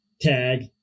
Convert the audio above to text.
tag